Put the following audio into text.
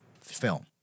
film